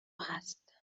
هست